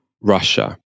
Russia